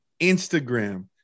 Instagram